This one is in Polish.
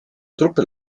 trupy